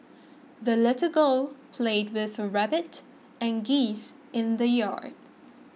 the little girl played with her rabbit and geese in the yard